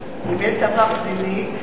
אם אין דבר פלילי,